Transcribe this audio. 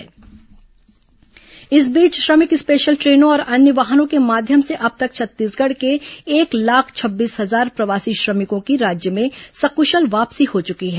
श्रमिक special train इस बीच श्रमिक स्पेशल ट्रेनों और अन्य वाहनों के माध्यम से अब तक छत्तीसगढ़ के एक लाख छब्बीस हजार प्रवासी श्रमिकों की राज्य में सकृशल वापसी हो चुकी है